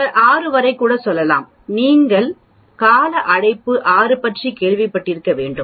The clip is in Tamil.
நாங்கள் 6 வரை கூட செல்லலாம் நீங்கள் கால அழைப்பு 6 பற்றி கேள்விப்பட்டிருக்க வேண்டும்